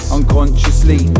Unconsciously